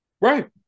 Right